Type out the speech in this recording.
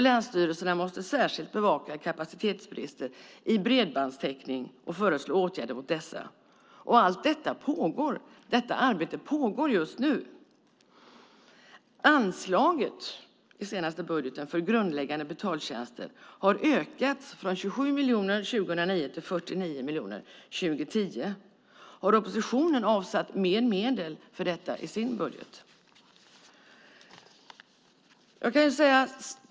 Länsstyrelserna måste särskilt bevaka kapacitetsbrister i bredbandstäckning och föreslå åtgärder mot dessa. Allt detta arbete pågår just nu. Anslaget för grundläggande betaltjänster i den senaste budgeten har ökats från 27 miljoner 2009 till 49 miljoner 2010. Har oppositionen avsatt mer medel för detta i sin budget?